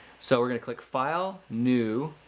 so, we're going to click file, new,